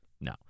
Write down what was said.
no